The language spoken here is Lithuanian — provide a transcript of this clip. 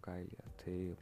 kailyje tai